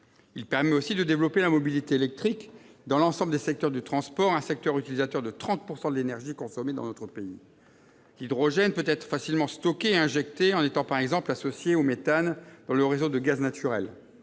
Il permet de développer la mobilité électrique dans l'ensemble du secteur du transport, un secteur utilisateur de 30 % de l'énergie consommée dans notre pays. L'hydrogène peut être facilement stocké et injecté, en étant par exemple associé au méthane, dans les réseaux de gaz naturel.